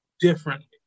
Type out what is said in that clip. differently